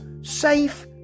safe